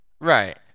Right